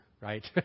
right